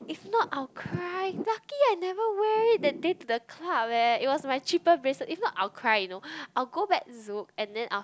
if not I'll cry lucky I never wear it that day to the club eh it was my cheaper bracelet if not I'll cry you know I'll go back Zouk and then I'll